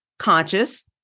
Conscious